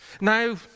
Now